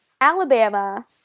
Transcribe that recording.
Alabama